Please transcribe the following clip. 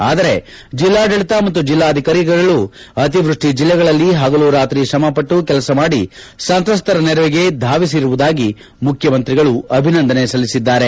ಆದರೆ ಜಿಲ್ಲಾಡಳಿತ ಮತ್ತು ಜಿಲ್ಲಾಧಿಕಾರಿಗಳು ಅತಿವೃಷ್ಟಿ ಜಿಲ್ಲೆಗಳಲ್ಲಿ ಹಗಲು ರಾತ್ರಿ ಶ್ರಮ ಪಟ್ಟು ಕೆಲಸ ಮಾಡಿ ಸಂತ್ರಸ್ತರ ನೆರವಿಗೆ ಧಾವಿಸಿರುವುದಕ್ಕೆ ಮುಖ್ಯಮಂತ್ರಿಗಳು ಅಭಿನಂದನೆ ಸಲ್ಲಿಸಿದ್ದಾರೆ